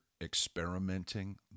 experimenting